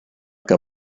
que